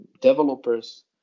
developers